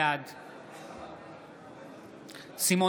בעד סימון